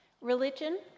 Religion